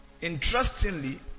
Interestingly